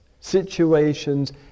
situations